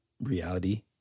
reality